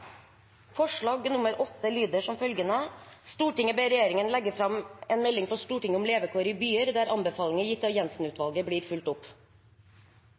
forslag nr. 8, fra Sosialistisk Venstreparti. Forslaget lyder: «Stortinget ber regjeringen legge fram en melding for Stortinget om levekår i byer, der anbefalinger gitt av Jenssen-utvalget blir fulgt opp.»